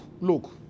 look